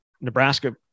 Nebraska